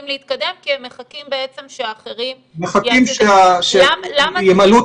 להתקדם כי הם מחכים שהאחרים --- מחכים שימלאו את